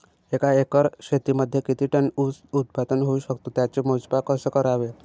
एका एकर शेतीमध्ये किती टन ऊस उत्पादन होऊ शकतो? त्याचे मोजमाप कसे करावे?